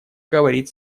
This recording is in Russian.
говорит